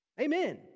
Amen